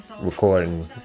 recording